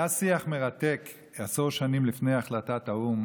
היה שיח מרתק כעשור לפני החלטת האו"ם